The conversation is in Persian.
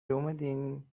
اومدین